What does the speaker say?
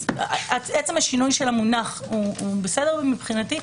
עצם השינוי של המונח הוא בסדר מבחינתי.